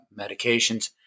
medications